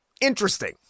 interesting